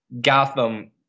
Gotham